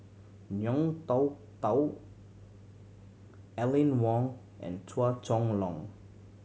Ngiam Tong Dow Aline Wong and Chua Chong Long